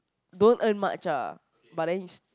don't earn much ah but then you s~